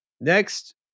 Next